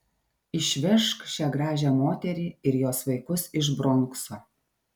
išvežk šią gražią moterį ir jos vaikus iš bronkso